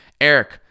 Eric